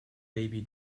baby